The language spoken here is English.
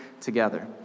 together